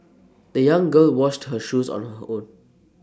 the young girl washed her shoes on her own